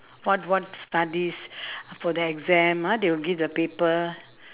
what what studies for the exam ah they will give the paper